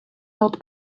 not